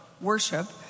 worship